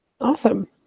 Awesome